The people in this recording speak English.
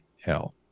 hell